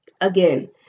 again